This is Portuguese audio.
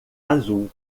azul